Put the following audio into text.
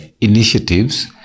initiatives